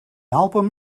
album